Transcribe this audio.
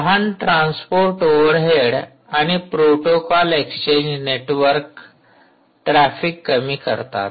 लहान transport overhead आणि protocol exchange network traffic कमी करतात